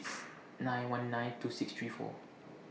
nine one nine two six three four